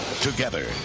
together